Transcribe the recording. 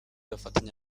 bafatanya